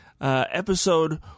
episode